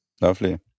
Lovely